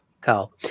Carl